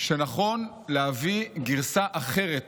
שנכון להביא גרסה אחרת